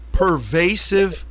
pervasive